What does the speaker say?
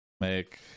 Make